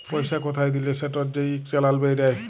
পইসা কোথায় দিলে সেটর যে ইক চালাল বেইরায়